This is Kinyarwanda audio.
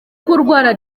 kurwara